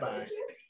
Bye